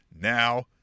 Now